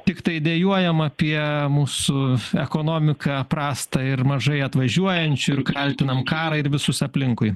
tiktai dejuojam apie mūsų ekonomiką prastą ir mažai atvažiuojančių ir kaltinam karą ir visus aplinkui